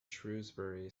shrewsbury